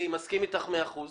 אני מסכים אתך במאה אחוזים.